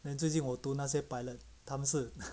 then 最近我读那些 pilot 他们是